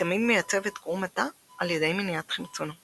הוויטמין מייצב את קרום התא על ידי מניעת חמצונו,